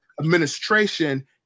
administration